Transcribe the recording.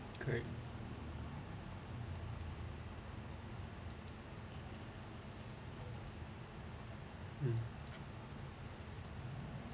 correct mm